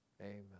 Amen